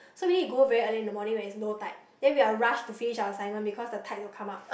so we need to go very early in the morning when it's low tide then we have to rush to finish our assignment because the tide will come up